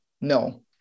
No